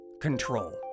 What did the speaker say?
control